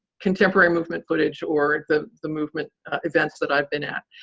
contemporary movement footage, or the the movement events that i've been at.